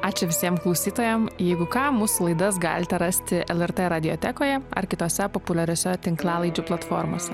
ačiū visiems klausytojam jeigu ką mūsų laidas galite rasti lrt radiotekoje ar kitose populiariose tinklalaidžių platformose